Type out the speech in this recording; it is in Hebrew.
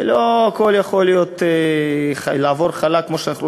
לא הכול יכול לעבור חלק כמו שאנחנו רוצים.